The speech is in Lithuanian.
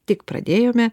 tik pradėjome